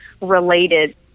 related